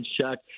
Chuck